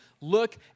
look